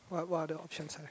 what what are the options select